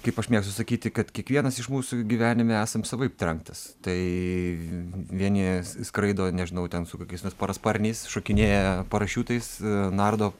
kaip aš mėgstu sakyti kad kiekvienas iš mūsų gyvenime esam savaip trenktas tai vieni skraido nežinau ten su kokiais nors parasparniais šokinėja parašiutais nardo